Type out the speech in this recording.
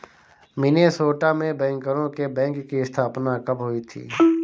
Minnesota में बैंकरों के बैंक की स्थापना कब हुई थी?